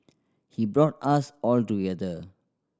he brought us all together